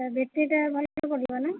ତା ବେଟ୍ରିଟା ଭଲ ଚାର୍ଜ ରଖିବନା ନା